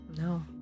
no